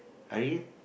I already